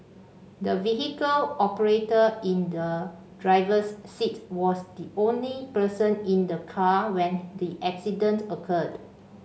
the vehicle operator in the driver's seat was the only person in the car when the accident occurred